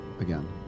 again